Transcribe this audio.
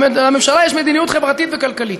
לממשלה יש מדיניות חברתית וכלכלית,